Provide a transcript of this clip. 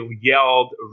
yelled